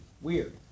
Weird